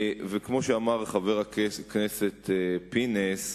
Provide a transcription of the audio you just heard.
כמו שאמר חבר הכנסת פינס,